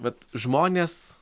vat žmonės